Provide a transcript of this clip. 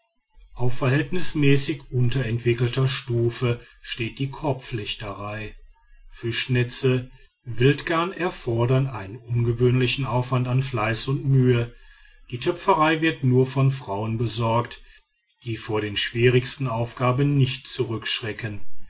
auf verhältnismäßig unentwickelter stufe steht die korbflechterei fischnetze wildgarn erfordern einen ungewöhnlichen aufwand an fleiß und mühe die töpferei wird nur von frauen besorgt die vor den schwierigsten aufgaben nicht zurückschrecken